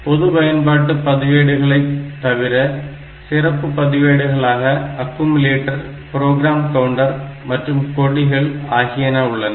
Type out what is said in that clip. பொது பயன்பாட்டு பதிவேடுகளை தவிர சிறப்பு பதிவேடுகளாக ஆக்குமுலட்டர் ப்ரோக்ராம் கவுண்டர் மற்றும் கொடிகள் ஆகியன உள்ளன